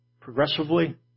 progressively